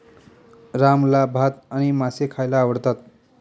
रामला भात आणि मासे खायला आवडतात